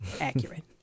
accurate